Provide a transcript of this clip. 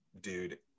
dude